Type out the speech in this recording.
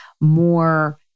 more